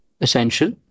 essential